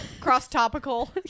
cross-topical